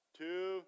two